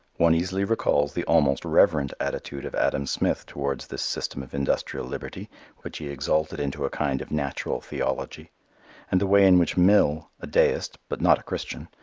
one easily recalls the almost reverent attitude of adam smith towards this system of industrial liberty which he exalted into a kind of natural theology and the way in which mill, a deist but not a christian,